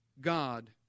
God